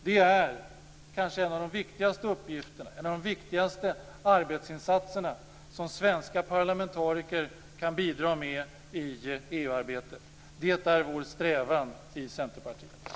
Det är kanske en av de viktigaste uppgifterna, en av de viktigaste arbetsinsatserna, som svenska parlamentariker kan bidra med i EU arbetet. Det är vår strävan i Centerpartiet.